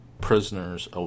prisoners